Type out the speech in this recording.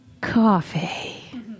coffee